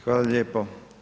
Hvala lijepo.